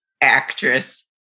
actress